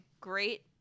great